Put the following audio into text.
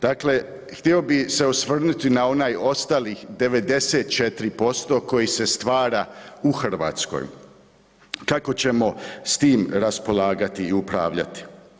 Dakle htio bih se osvrnuti na onih ostalih 94% koji se stvara u Hrvatskoj, kako ćemo s tim raspolagati i upravljati.